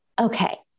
okay